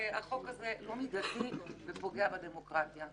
החוק הזה לא מידתי ופוגע בדמוקרטיה.